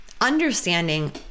understanding